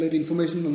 information